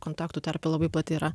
kontaktų terpė labai plati yra